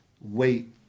wait